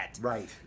Right